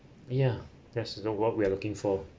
ya that's what we're looking for